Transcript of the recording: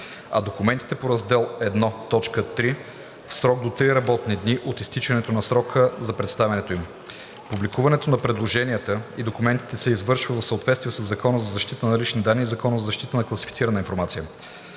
а документите по раздел I, т. 3 – в срок до три работни дни от изтичането на срока за представянето им. 2. Публикуването на предложенията и документите се извършва в съответствие със Закона за защита на личните данни и Закона за защита на класифицираната информация.